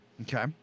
Okay